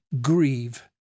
grieve